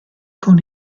con